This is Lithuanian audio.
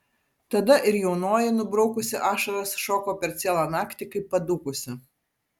tada ir jaunoji nubraukusi ašaras šoko per cielą naktį kaip padūkusi